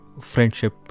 friendship